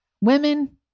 Women